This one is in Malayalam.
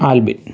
ആൽബിൻ